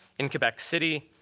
and quebec city,